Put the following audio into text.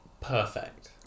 perfect